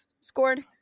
scored